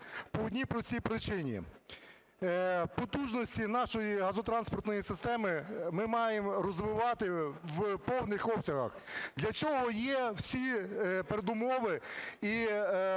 по одній простій причині. Потужності нашої газотранспортної системи ми маємо розвивати в повних обсягах, для цього є всі передумови.